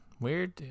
weird